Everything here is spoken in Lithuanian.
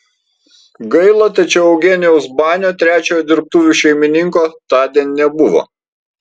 gaila tačiau eugenijaus banio trečiojo dirbtuvių šeimininko tądien nebuvo